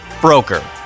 Broker